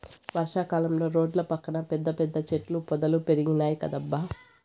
వర్షా కాలంలో రోడ్ల పక్కన పెద్ద పెద్ద చెట్ల పొదలు పెరిగినాయ్ కదబ్బా